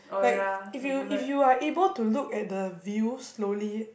like if you if you are able to look at the view slowly